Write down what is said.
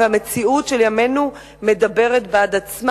והמציאות של ימינו מדברת בעד עצמה.